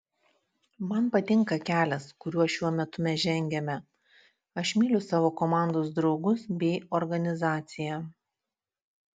man patinka kelias kuriuo šiuo metu mes žengiame aš myliu savo komandos draugus bei organizaciją